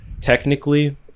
technically